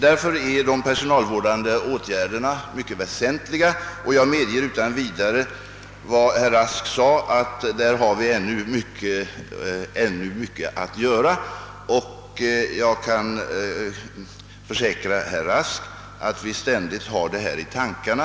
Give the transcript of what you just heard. Därför är de personalvårdande åtgärderna mycket väsentliga och jag medger utan vidare att vi — som herr Rask sade — ännu har mycket att göra på detta område. Jag kan försäkra herr Rask att vi ständigt har detta i tankarna.